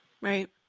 right